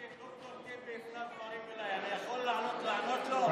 אני יכול לענות לו?